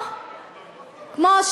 או כמו